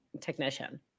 technician